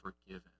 forgiven